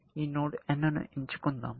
ఈ node n ను ఎంచుకుందాం